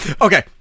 Okay